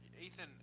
Ethan